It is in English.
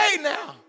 now